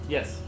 Yes